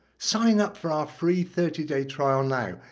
sign up for our free thirty day trial now,